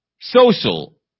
social